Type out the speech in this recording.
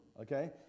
Okay